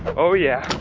oh yeah,